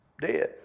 dead